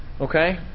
Okay